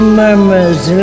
murmurs